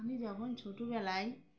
আমি যখন ছোটোবেলায়